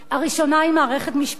הראשונה היא מערכת משפט עצמאית,